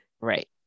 Right